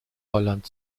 holland